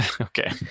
Okay